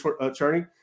attorney